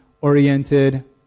oriented